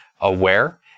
aware